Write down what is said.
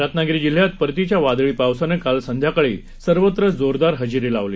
रत्नागिरी जिल्ह्यात परतीच्या वादळी पावसानं काल संध्याकाळी सर्वत्र जोरदार हजेरी लावली